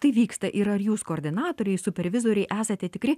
tai vyksta ir ar jūs koordinatoriai supervizoriai esate tikri